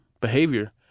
behavior